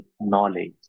knowledge